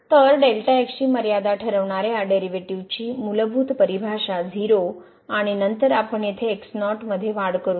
तर delta x ची मर्यादा ठरविणार्या डेरिव्हेटिव्हची मुलभूत परिभाषा 0 आणि नंतर आपण येथे x0 मध्ये वाढ करू